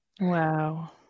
Wow